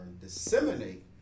disseminate